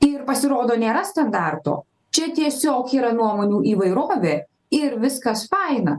ir pasirodo nėra standarto čia tiesiog yra nuomonių įvairovė ir viskas faina